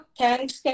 thanks